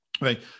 right